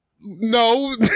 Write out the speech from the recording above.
no